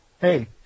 Hey